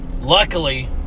luckily